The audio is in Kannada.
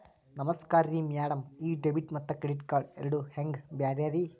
ನಮಸ್ಕಾರ್ರಿ ಮ್ಯಾಡಂ ಈ ಡೆಬಿಟ ಮತ್ತ ಕ್ರೆಡಿಟ್ ಕಾರ್ಡ್ ಎರಡೂ ಹೆಂಗ ಬ್ಯಾರೆ ರಿ?